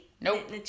Nope